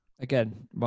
Again